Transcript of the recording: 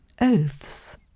oaths